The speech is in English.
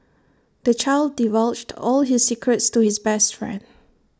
the child divulged all his secrets to his best friend